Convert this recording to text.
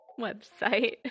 website